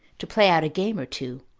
to play out a game or two,